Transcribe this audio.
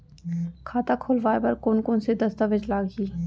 खाता खोलवाय बर कोन कोन से दस्तावेज लागही?